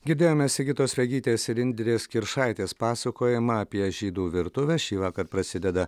girdėjome sigitos vegytės ir indrės kiršaitės pasakojamą apie žydų virtuvę šįvakar prasideda